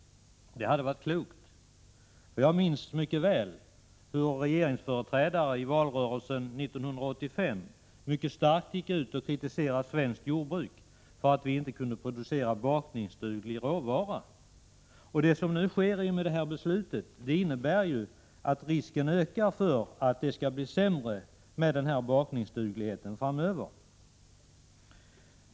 Det hade varit klokt av honom att göra det. Jag minns mycket väl hur regeringsföreträdare i valrörelsen 1985 starkt kritiserade svenskt jordbruk för att vi där inte kunde producera bakningsduglig råvara. Det som sker genom det beslut som nu har fattats innebär att risken ökar för att bakningsdugligheten skall bli sämre framöver.